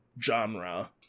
genre